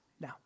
now